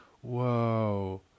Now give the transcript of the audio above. whoa